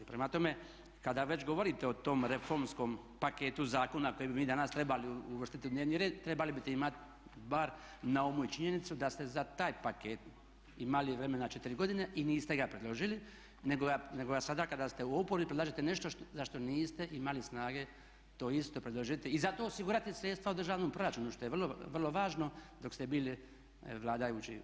Prema tome, kada već govorite o tom reformskom paketu zakona koje bi mi danas trebali uvrstiti u dnevni red trebali biste imati bar na umu i činjenicu da ste za taj paket imali vremena 4 godine i niste ga predložili nego ga sada kada ste u oporbi predlažete nešto za što niste imali snage to isto predložiti i za to osigurati sredstva u državnom proračunu što je vrlo važno dok ste bili vladajući u RH.